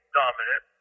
dominant